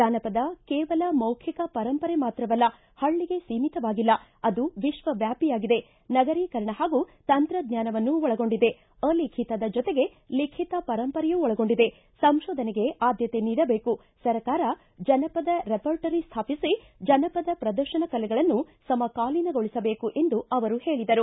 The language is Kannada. ಜಾನಪದ ಕೇವಲ ಮೌಖಿಕ ಪರಂಪರೆ ಮಾತ್ರವಲ್ಲ ಹಳ್ಳಗೆ ಸೀಮಿತವಾಗಿಲ್ಲ ಅದು ವಿಶ್ವವ್ಯಾಪಿಯಾಗಿದೆ ನಗರೀಕರಣ ಹಾಗೂ ತಂತ್ರಜ್ವಾನವನ್ನು ಒಳಗೊಂಡಿದೆ ಅಲಿಖಿತದ ಜೊತೆಗೆ ಲಿಖಿತ ಪರಂಪರೆಯೂ ಒಳಗೊಂಡಿದೆ ಸಂಶೋಧನೆಗೆ ಆದ್ಯತೆ ನೀಡಬೇಕು ಸರ್ಕಾರ ಜನಪದ ರೆಪೆರ್ಟರಿ ಸ್ವಾಪಿಸಿ ಜನಪದ ಪ್ರದರ್ಶನ ಕಲೆಗಳನ್ನು ಸಮಕಾಲೀನಗೊಳಿಸಬೇಕು ಎಂದು ಅವರು ಹೇಳಿದರು